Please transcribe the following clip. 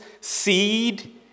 seed